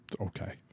Okay